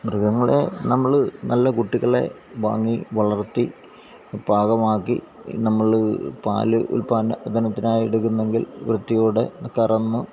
മൃഗങ്ങളെ നമ്മള് നല്ല കുട്ടികളെ വാങ്ങി വളർത്തി പാകമാക്കി നമ്മല് പാല് ഉത്പാദന വിതരണത്തിനായി എടുക്കുന്നെങ്കിൽ വൃത്തിയോടെ കറന്ന്